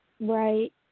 Right